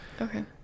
Okay